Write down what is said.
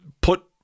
put